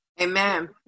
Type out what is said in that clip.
Amen